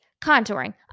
contouring